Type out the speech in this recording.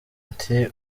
ati